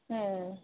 ꯎꯝ